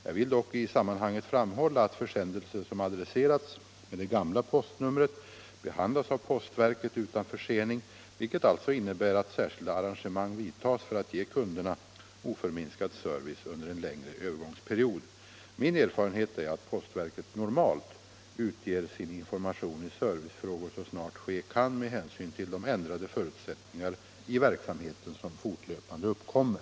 Jag vill dock i sammanhanget framhålla att försändelser som adresserats med det gamla postnumret behandlas av postverket utan försening, vilket alltså innebär att särskilda arrangemang vidtas för att ge kunderna oförminskad service under en längre övergångsperiod. Min erfarenhet är att postverket normalt utger sin information i servicefrågor så snart ske kan med hänsyn till de ändrade förutsättningar i verksamheten som fortlöpande uppkommer.